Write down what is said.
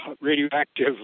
radioactive